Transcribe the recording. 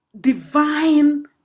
divine